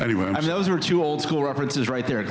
everyone and i mean those are two old school references right there